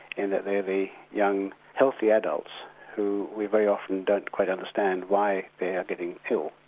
in that they're the young, healthy adults who we very often don't quite understand why they're getting ill.